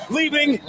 leaving